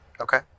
Okay